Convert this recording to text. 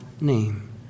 name